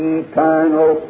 eternal